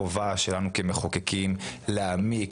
חובה שלנו כמחוקקים להעמיק,